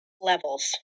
levels